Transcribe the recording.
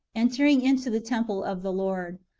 entering into the temple of the lord.